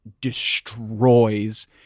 destroys